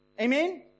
Amen